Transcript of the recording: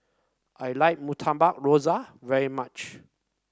I like Murtabak Rusa very much